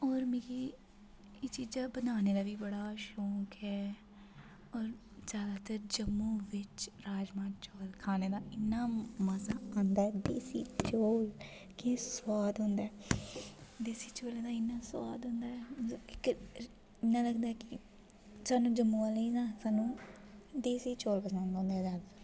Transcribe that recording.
होर मिगी एह् चीज़ां बनाने दा बी बड़ा शौक ऐ होर जादातर जम्मू बिच राजमांह् चौल खाने दा इ'न्ना मज़ा आंदा ऐ देसी घ्योऽ केह् सोआद होंदा ऐ देसी चौलें दा इ'न्ना सोआद होंदा ऐ मतलब कि इ'यां लगदा कि सानूं जम्मू आह्लें ई ना सानूं देसी चौल पसंद औंदे न जादै